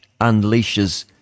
unleashes